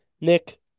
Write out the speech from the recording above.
nick